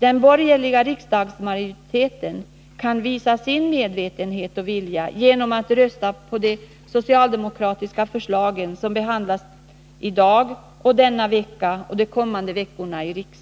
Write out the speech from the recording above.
Den borgerliga riksdagsmajoriteten kan visa sin medvetenhet och vilja genom att rösta på de socialdemokratiska förslag som behandlas av riksdagen i dag, denna vecka och de kommande veckorna.